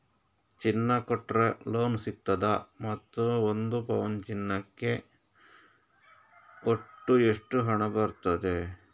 ಚಿನ್ನ ಕೊಟ್ರೆ ಲೋನ್ ಸಿಗ್ತದಾ ಮತ್ತು ಒಂದು ಪೌನು ಚಿನ್ನಕ್ಕೆ ಒಟ್ಟು ಎಷ್ಟು ಹಣ ಬರ್ತದೆ?